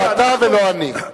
לא אתה ולא אני.